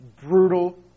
brutal